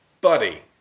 buddy